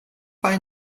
bei